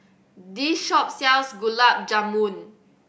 this shop sells Gulab Jamun